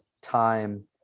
time